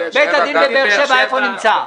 בית הדין בבאר שבע, איפה נמצא?